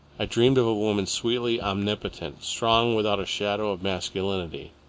i dreamed of a woman sweetly omnipotent, strong without a shadow of masculinity.